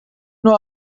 nur